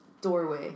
doorway